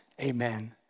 amen